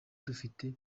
dufite